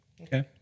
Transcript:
Okay